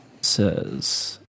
says